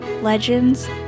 legends